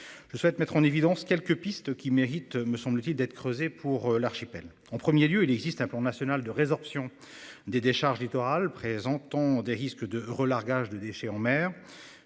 je souhaite mettre en évidence quelques pistes qui mérite me semble-t-il d'être creusé pour l'archipel en 1er lieu il existe un plan national de résorption des décharges littoral présentant des risques de relargage de déchets en mer.